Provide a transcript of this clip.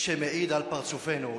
שמעיד על פרצופנו.